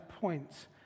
points